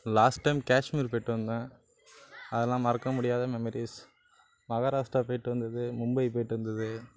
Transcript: last time Kashmir போய்ட்டு வந்தேன் அதெலாம் மறக்க முடியாத மெமரிஸ் மகாராஷ்டிரா போய்ட்டு வந்தது மும்பை போய்ட்டு வந்தது